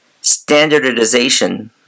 standardization